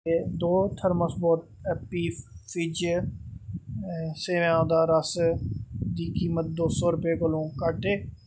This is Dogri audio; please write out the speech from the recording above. केह् दो थर्मस बोतल एप्पी फ़िज़ स्येऊ दा रस दी कीमत दो सौ रपेंऽ कोला घट्ट ऐ